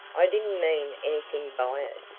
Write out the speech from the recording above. i didn't mean anything by it,